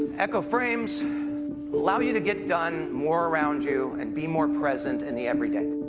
echo frames allow you to get done more around you and be more present in the everyday.